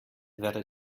wäre